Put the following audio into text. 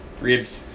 Ribs